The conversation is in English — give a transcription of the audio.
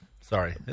sorry